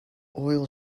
oil